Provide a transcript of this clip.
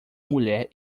mulher